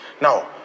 Now